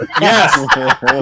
Yes